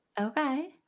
Okay